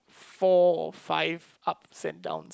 four or five ups and downs